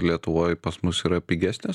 lietuvoj pas mus yra pigesnės